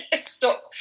stop